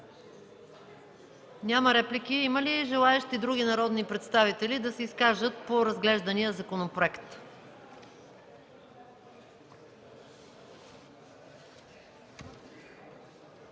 Няма реплики. Има ли други народни представители, желаещи да се изкажат по разглеждания законопроект?